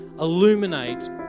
illuminate